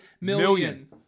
Million